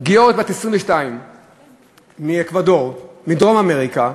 גיורת בת 22 מאקוודור, מדרום-אמריקה,